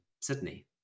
Sydney